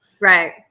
right